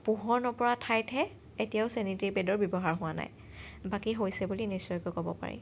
পোহৰ নপৰা ঠাইতহে এতিয়াও চেনিটেৰি পেডৰ ব্যৱহাৰ হোৱা নাই বাকী হৈছে বুলি নিশ্চয়কৈ ক'ব পাৰি